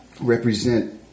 represent